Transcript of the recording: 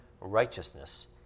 righteousness